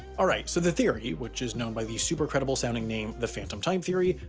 alright so the theory, which is known by the super-credible sounding name, the phantom time theory,